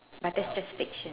but that's just fiction